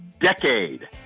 decade